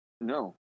No